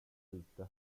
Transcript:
lite